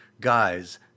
guys